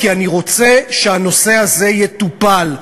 כי אני רוצה שהנושא הזה יטופל,